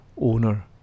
owner